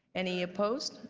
any opposed?